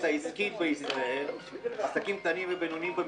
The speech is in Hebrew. העסקית בישראל ולעסקים קטנים ובינוניים.